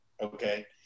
Okay